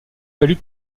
fallu